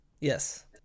Yes